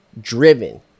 Driven